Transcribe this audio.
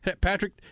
Patrick